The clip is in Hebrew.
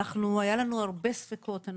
היו לנו הרבה ספקות,